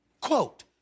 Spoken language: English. Quote